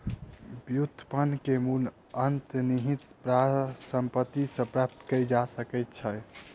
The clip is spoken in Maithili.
व्युत्पन्न के मूल्य अंतर्निहित परिसंपत्ति सॅ प्राप्त कय जा सकै छै